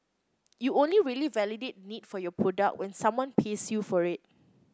you only really validate the need for your product when someone pays you for it